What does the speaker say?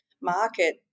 market